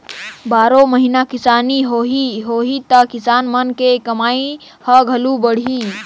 बारो महिना किसानी होही त किसान मन के कमई ह घलो बड़ही